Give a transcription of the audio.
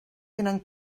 tenen